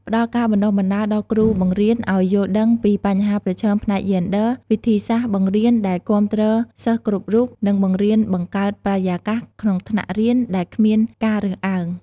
ផ្តល់ការបណ្តុះបណ្តាលដល់គ្រូបង្រៀនឱ្យយល់ដឹងពីបញ្ហាប្រឈមផ្នែកយេនឌ័រ វិធីសាស្រ្តបង្រៀនដែលគាំទ្រសិស្សគ្រប់រូប និងរបៀបបង្កើតបរិយាកាសក្នុងថ្នាក់រៀនដែលគ្មានការរើសអើង។